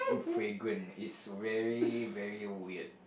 fragrant it's very very weird